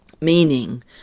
meaning